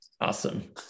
Awesome